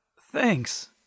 thanks